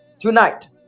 tonight